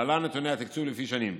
להלן נתוני התקצוב לפי שנים: